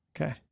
Okay